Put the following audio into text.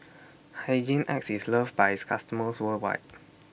Hygin X IS loved By its customers worldwide